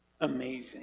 amazing